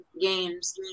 games